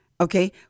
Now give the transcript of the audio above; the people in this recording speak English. okay